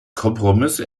kompromisse